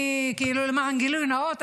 למען גילוי נאות,